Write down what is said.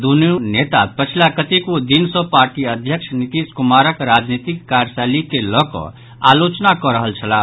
दुनू नेता पछिला कतेको दिन सॅ पार्टी अध्यक्ष नीतीश कुमारक राजनीतिक कार्यशैली के लऽकऽ आलोचना कऽ रहल छलाह